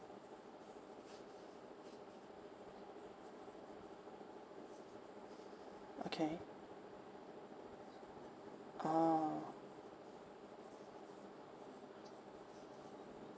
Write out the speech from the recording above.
okay orh